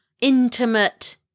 intimate